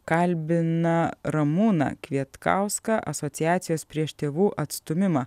kalbina ramūną kvietkauską asociacijos prieš tėvų atstūmimą